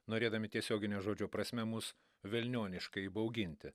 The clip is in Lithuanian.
norėdami tiesiogine žodžio prasme mus velnioniškai įbauginti